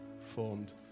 formed